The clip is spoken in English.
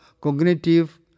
cognitive